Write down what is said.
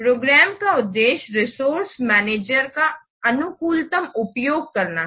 programme का उद्देश्य resource manager का अनुकूलतम उपयोग करना है